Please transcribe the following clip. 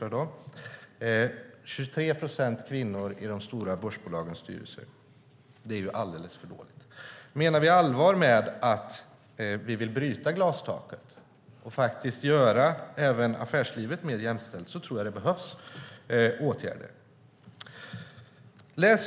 Jag sade 25 procent, men jag väljer att gå på Margaretas siffra. 23 procent är alldeles för dåligt. Menar vi allvar med att vi vill bryta glastaket och göra även affärslivet mer jämställt tror jag att det behövs åtgärder.